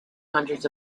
hundreds